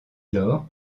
lors